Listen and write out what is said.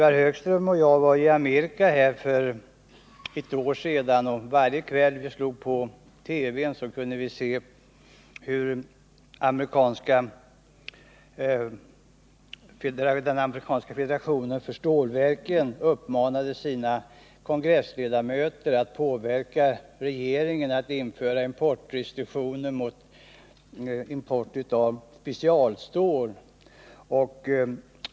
Ivar Högström och jag var i Amerika för ett år sedan, och varje kväll när vi slog på TV:n kunde vi se hur den amerikanska federationen för stålverken uppmanade sina kongressledamöter att påverka regeringen att införa restriktioner mot import av specialstål.